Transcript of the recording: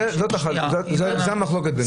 זאת המחלוקת בינינו.